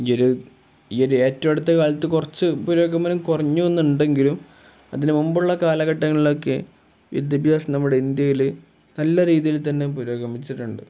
ഈ ഒരു ഈ ഒരു ഏറ്റവും അടുത്ത കാലത്ത് കുറച്ച് പുരോഗമനം കുറഞ്ഞു എന്ന് ഉണ്ടെങ്കിലും അതിന് മുൻപുള്ള കാലഘട്ടങ്ങളിലൊക്കെ വിദ്യാഭ്യാസം നമ്മുടെ ഇന്ത്യയിൽ നല്ല രീതിയിൽ തന്നെ പുരോഗമിച്ചിട്ടുണ്ട്